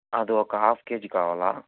అది ఒక half KG కావాలి